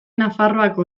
nafarroako